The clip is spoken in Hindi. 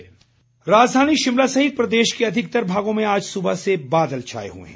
मौसम राजधानी शिमला सहित प्रदेश के अधिकतर भागों में आज सुबह से बादल छाए हुए हैं